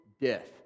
death